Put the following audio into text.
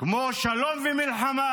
כמו שלום ומלחמה,